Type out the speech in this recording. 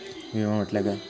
विमा म्हटल्या काय?